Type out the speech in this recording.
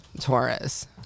taurus